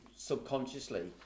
subconsciously